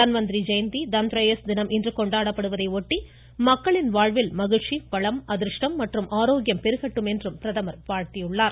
தன்வந்திரி ஜெயந்தி தன்த்ரேயர்ஸ் தினம் இன்று கொண்டாடப்படுவதையொட்டி மக்களின் வாழ்வில் மகிழ்ச்சி வளம் அதிர்ஷ்டம் மற்றும் ஆரோக்கியம் பெருகட்டும் எனவும் பிரதமர் வாழ்த்தியுள்ளார்